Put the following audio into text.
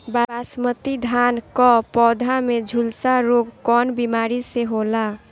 बासमती धान क पौधा में झुलसा रोग कौन बिमारी से होला?